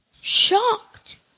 Shocked